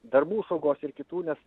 darbų saugos ir kitų nes